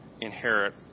inherit